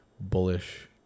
bullish